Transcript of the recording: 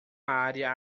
área